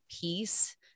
peace